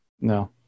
No